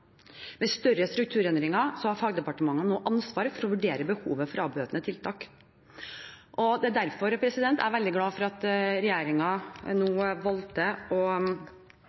større strukturendringer har fagdepartementene nå ansvar for å vurdere behovet for avbøtende tiltak. Det er derfor jeg er veldig glad for at en nå valgte å